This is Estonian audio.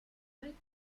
väike